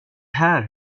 här